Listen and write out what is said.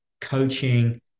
coaching